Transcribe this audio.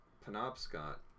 penobscot